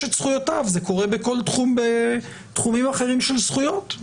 את זכויותיו וזה קורה בכל תחום בתחומים אחרים של זכויות.